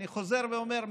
אני חוזר ואומר,